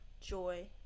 joy